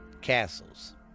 castles